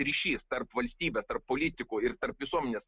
ryšys tarp valstybės tarp politikų ir tarp visuomenės